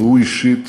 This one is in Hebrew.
והוא אישית